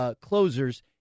closers